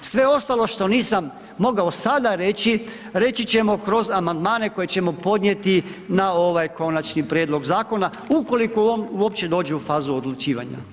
Sve ostalo što nisam mogao sada reći, reći ćemo kroz amandmane koje ćemo podnijeti na ovaj konačni prijedlog zakona, ukoliko uopće dođe u fazu odlučivanja.